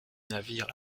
navire